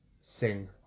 sing